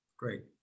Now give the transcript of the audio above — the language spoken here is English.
Great